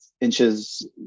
inches